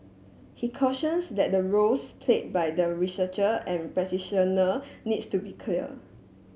he cautions that the roles played by the researcher and practitioner needs to be clear